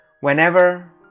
Whenever